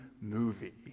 movie